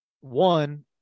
one